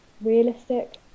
realistic